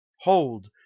hold